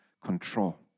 control